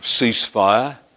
ceasefire